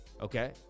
Okay